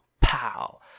Pow